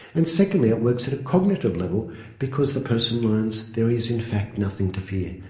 and secondly it works at a cognitive level because the person learns there is in fact nothing to fear,